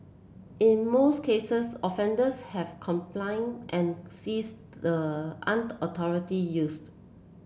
in most cases offenders have complied and ceased the unauthorised use